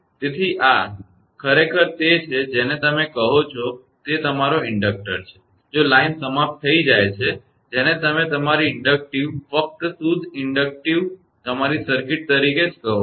તેથી આ ખરેખર તે છે જેને તમે કહો છો તે તમારો ઇન્ડક્ટર છે જો લાઇન સમાપ્ત થઈ જાય છે જેને તમે તમારી ઇન્ડકટીવ ફક્ત શુદ્ધ ઇન્ડકટીવ તમારી સર્કિટ તરીકે જ કહો છો